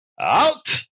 Out